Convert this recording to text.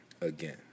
again